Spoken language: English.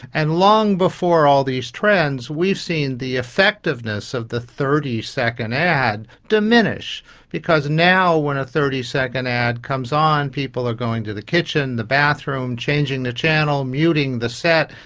and long before all these trends we've seen the effectiveness of the thirty second ad diminished because now when a thirty second ad comes on people are going to the kitchen, the bathroom, changing the channel, muting the set,